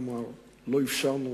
כלומר בשנה שעברה